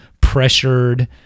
pressured